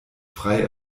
frei